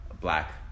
Black